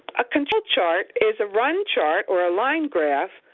a control chart is a run chart or a line graph